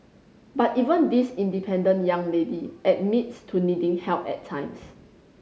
but even this independent young lady admits to needing help at times